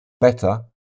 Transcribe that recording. better